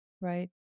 Right